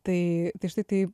tai tai štai tai